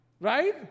right